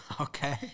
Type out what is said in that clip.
Okay